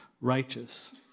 righteous